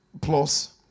plus